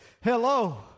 Hello